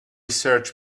search